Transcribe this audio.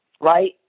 right